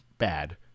Bad